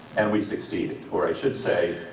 and we succeeded, or i should say,